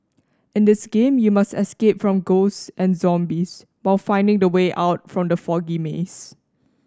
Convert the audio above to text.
in this game you must escape from ghosts and zombies while finding the way out from the foggy maze